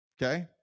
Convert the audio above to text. Okay